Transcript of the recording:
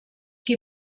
qui